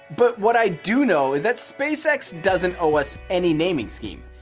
but what i do know is that spacex doesn't owe us any naming scheme.